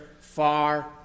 far